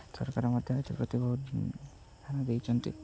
ସରକାର ମଧ୍ୟ ଏଥିପ୍ରତି ବହୁତ ଧ୍ୟାନ ଦେଇଛନ୍ତି